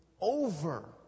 over